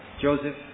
Joseph